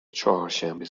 چهارشنبه